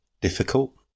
Difficult